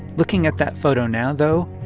looking at that photo now, though,